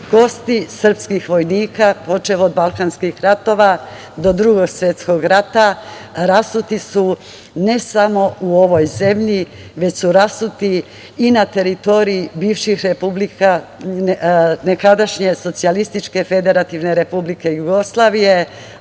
Kosti srpskih vojnika počev od Balkanskih ratova do Drugog svetskog rata rasuti su ne samo u ovoj zemlji, već su rasuti i na teritoriji bivših republika, nekadašnje Socijalističke Federativne Republike Jugoslavije,